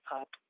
up